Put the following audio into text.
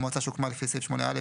המועצה שהוקמה לפי סעיף 8א,